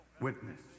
witness